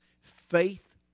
faith